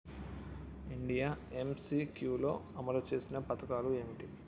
India MCQ లో అమలు చేసిన పథకాలు ఏమిటి?